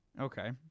Okay